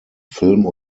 film